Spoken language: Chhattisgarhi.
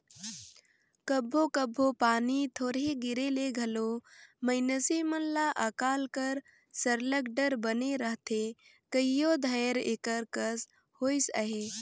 कभों कभों पानी थोरहें गिरे ले घलो मइनसे मन ल अकाल कर सरलग डर बने रहथे कइयो धाएर एकर कस होइस अहे